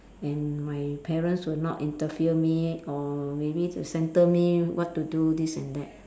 and my parents would not interfere me or maybe to centre me what to do this and that